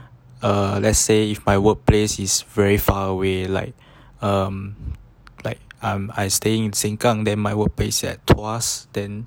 err let's say if by workplace is very far away like um like I'm I staying in seng kang then my workplace at tuas then